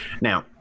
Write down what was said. Now